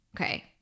Okay